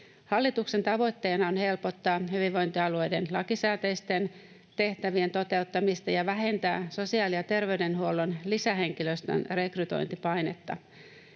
Hallituksen tavoitteena on helpottaa hyvinvointialueiden lakisääteisten tehtävien toteuttamista ja vähentää sosiaali- ja terveydenhuollon lisähenkilöstön rekrytointipainetta.